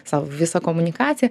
sau visą komunikaciją